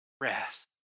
Rest